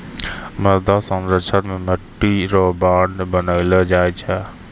मृदा संरक्षण मे मट्टी रो बांध बनैलो जाय छै